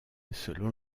selon